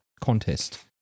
contest